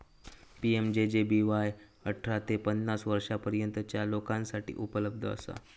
PMJJBY अठरा ते पन्नास वर्षांपर्यंतच्या लोकांसाठी उपलब्ध असा